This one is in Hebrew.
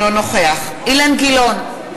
אינו נוכח אילן גילאון,